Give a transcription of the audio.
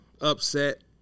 upset